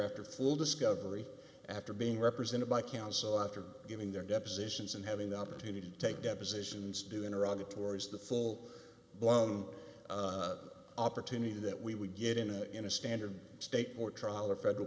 after full discovery after being represented by counsel after giving their depositions and having the opportunity to take depositions do in iraq towards the full blown opportunity that we would get in a in a standard state or trial or federal